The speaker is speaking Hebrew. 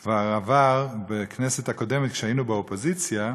הקודמת, כשהיינו באופוזיציה.